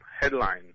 headline